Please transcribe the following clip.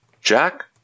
Jack